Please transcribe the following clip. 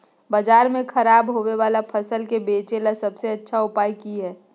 बाजार में खराब होबे वाला फसल के बेचे ला सबसे अच्छा उपाय की होबो हइ?